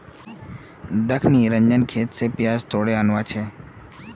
दख निरंजन खेत स प्याज तोड़े आनवा छै